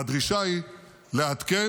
והדרישה היא לעדכן,